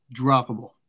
droppable